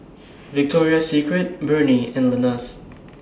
Victoria Secret Burnie and Lenas